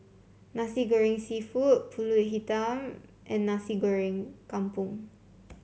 Nasi Goreng seafood pulut hitam and Nasi Goreng Kampung